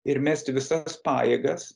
ir mesti visas pajėgas